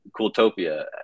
Cooltopia